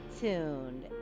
tuned